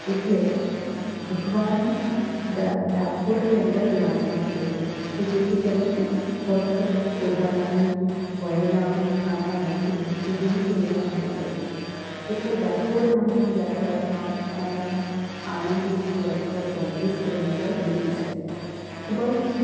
એટલે ભગવાન ડા ડાકોરની અંદર બિરાજમાન થઈ ગયા કે જેથી કરીને ભક્ત બોડાણાની વયના ધ્યાનમાં રાખીને તે દૂર સુધી ના આવી શકે એટલે ડાકોર નામનું યાત્રાધામ અમારા આણંદથી લગભગ ચોત્રીસ કિલોમીટર દૂર છે ખૂબ જ